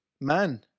man